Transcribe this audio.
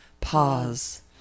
pause